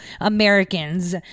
Americans